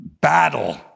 battle